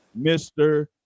Mr